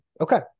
Okay